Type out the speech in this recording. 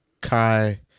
Kai